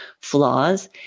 flaws